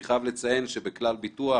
אני חייב לציין שבכלל ביטוח